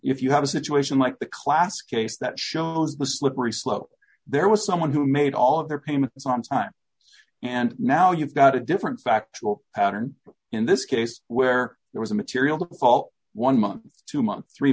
if you have a situation like the classic case that shows the slippery slope there was someone who made all their payments on time and now you've got a different fact out and in this case where there was a material call one month to month three